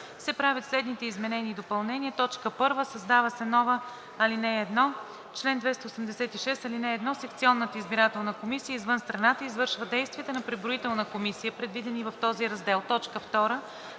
се правят следните изменения и допълнения: 1. Създава се нова ал. 1: „Чл. 286. (1) Секционната избирателна комисия извън страната извършва действията на преброителна комисия, предвидени в този раздел.“ 2.